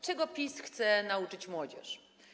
Czego PiS chce nauczyć młodzież?